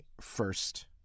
first